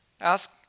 ask